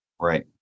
Right